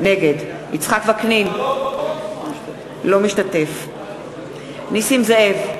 נגד יצחק וקנין, אינו משתתף בהצבעה נסים זאב,